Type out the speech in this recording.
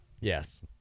Yes